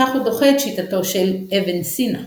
בכך הוא דוחה את שיטתו של אבן סינא,